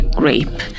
grape